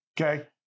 okay